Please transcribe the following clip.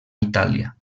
itàlia